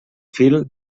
fil